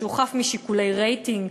שהוא חף משיקולי רייטינג,